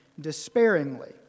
despairingly